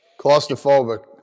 Claustrophobic